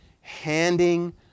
handing